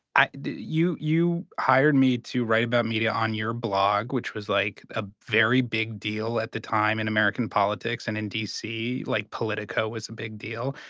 you you hired me to write about media on your blog, which was, like, a very big deal at the time in american politics and in d. c. like, politico was a big deal.